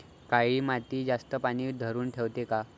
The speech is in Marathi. काळी माती जास्त पानी धरुन ठेवते का?